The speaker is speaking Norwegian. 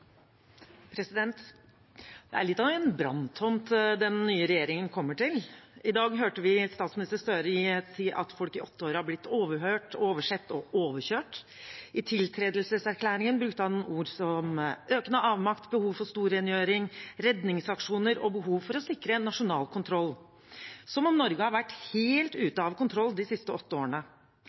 Det er litt av en branntomt den nye regjeringen kommer til. I dag hørte vi statsminister Gahr Støre si at folk i åtte år er blitt overhørt, oversett og overkjørt. I tiltredelseserklæringen brukte han ord som økende avmakt, behov for storrengjøring, redningsaksjoner og behov for å sikre nasjonal kontroll – som om Norge har vært helt ute av kontroll de siste åtte årene.